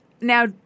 now